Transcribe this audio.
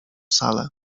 salę